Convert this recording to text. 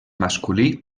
masculí